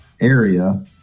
area